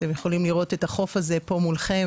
אתם יכולים לראות את החוף הזה פה מולכם